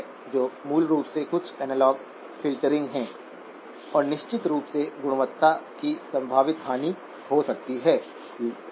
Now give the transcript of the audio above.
तो मूल रूप से कुछ एनालॉग फ़िल्टरिंग है और निश्चित रूप से गुणवत्ता की संभावित हानि हो सकती है ठीक है